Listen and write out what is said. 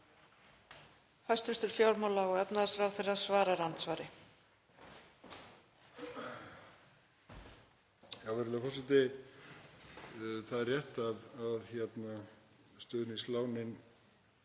Það er rétt að stuðningslánin